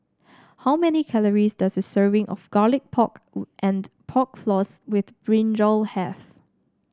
how many calories does a serving of Garlic Pork and Pork Floss with brinjal have